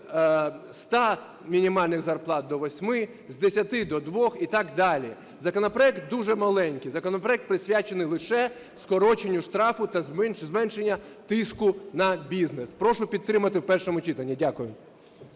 100 мінімальних зарплат до 8-ми, з 10-ти до 2-х і так далі. Законопроект дуже маленький. Законопроект присвячений лише скороченню штрафу та зменшенню тиску на бізнес. Прошу підтримати в першому читанні. Дякую.